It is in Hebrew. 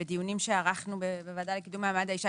בדיונים שערכנו בוועדה לקידום מעמד האשה